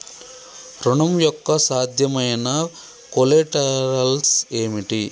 ఋణం యొక్క సాధ్యమైన కొలేటరల్స్ ఏమిటి?